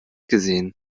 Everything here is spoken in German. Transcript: gesehen